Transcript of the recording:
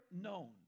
known